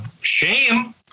shame